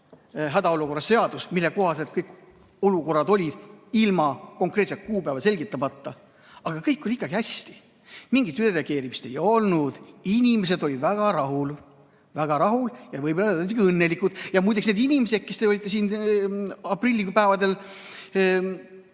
hädaolukorra seadus, mille kohaselt kõik olukorrad olid sellised, ilma konkreetset kuupäeva selgitamata, et kõik oli ikkagi hästi. Mingit ülereageerimist ei olnud, inimesed olid väga rahul, väga rahul ja võib öelda, et õnnelikud. Ja muideks, need inimesed, kes te olite siin aprillipäevadel